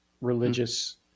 religious